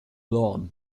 lawn